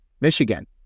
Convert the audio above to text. Michigan